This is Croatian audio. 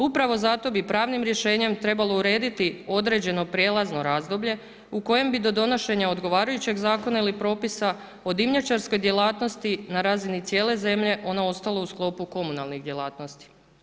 Upravo zato bi pravnim rješenjem trebalo urediti određeno prijelazno razdoblje u kojem bi do donošenja odgovarajućeg zakona ili propisa o dimnjačarskoj djelatnosti na razini cijele zemlje ono ostalo u sklopu komunalnih djelatnosti.